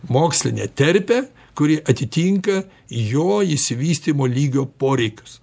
mokslinę terpę kuri atitinka jo išsivystymo lygio poreikius